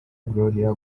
gloria